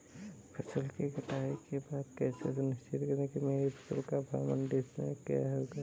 फसल की कटाई के बाद कैसे सुनिश्चित करें कि मेरी फसल का भाव मंडी में क्या होगा?